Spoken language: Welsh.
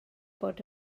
bod